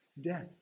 death